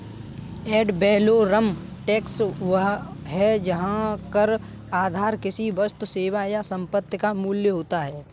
add valorem tax वह है जहां कर आधार किसी वस्तु, सेवा या संपत्ति का मूल्य होता है